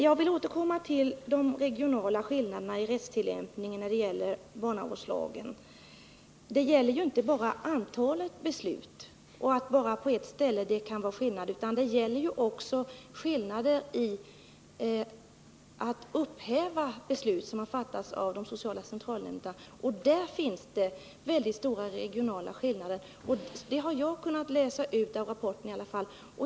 Jag vill återkomma till de regionala skillnaderna i rättstillämpningen när det gäller barnavårdslagen. Det gäller ju inte bara antalet beslut, utan det är också fråga om skillnader när det gäller att upphäva beslut som fattats av de sociala centralnämnderna. Där finns det väldigt stora regionala skillnader. Det har i alla fall jag kunnat läsa ut av rapporten.